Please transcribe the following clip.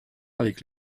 avec